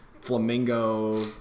flamingo